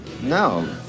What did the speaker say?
No